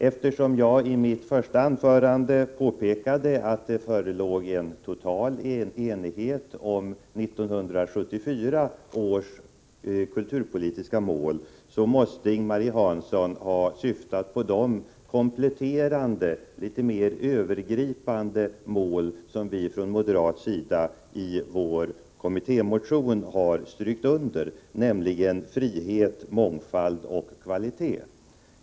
Eftersom jag i mitt första anförande påpekade att det förelåg en total enighet om 1974 års kulturpolitiska mål, måste Ing-Marie Hansson ha syftat på de kompletterande litet mer övergripande mål som vi från moderat sida i vår kommittémotion har strukit under, nämligen frihet, mångfald och kvalitet.